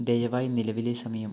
ദയവായി നിലവിലെ സമയം